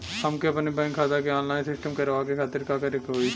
हमके अपने बैंक खाता के ऑनलाइन सिस्टम करवावे के खातिर का करे के होई?